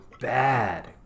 bad